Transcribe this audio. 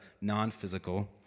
non-physical